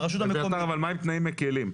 אביתר, אבל מה עם תנאים מקלים?